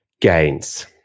gains